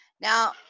now